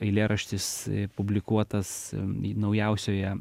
eilėraštis publikuotas naujausioje